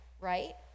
right